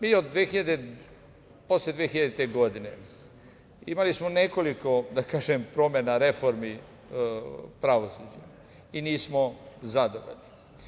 Mi smo posle 2000. godine imali nekoliko promena reformi pravosuđa i nismo zadovoljni.